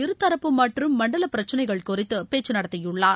இருதரப்பு மண்டல பிரச்சினைகள் குறித்து பேச்சு நடத்தியுள்ளார்